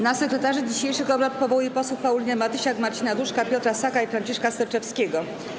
Na sekretarzy dzisiejszych obrad powołuję posłów Paulinę Matysiak, Marcina Duszka, Piotra Saka i Franciszka Sterczewskiego.